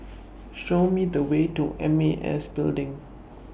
Show Me The Way to M A S Building